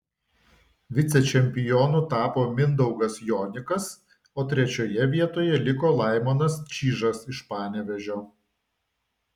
vicečempionu tapo mindaugas jonikas o trečioje vietoje liko laimonas čyžas iš panevėžio